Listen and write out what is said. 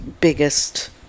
biggest